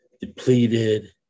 depleted